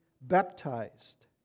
baptized